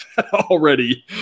already